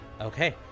Okay